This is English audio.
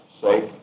sake